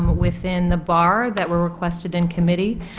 um within the bar that were requested in committee,